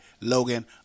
Logan